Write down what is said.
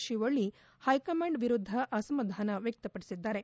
Shivalli high command ವಿರುದ್ದ ಆಸಮಾಧಾನ ವ್ಯಕ್ತಪಡಿಸಿದ್ದಾರೆ